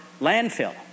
landfill